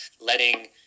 letting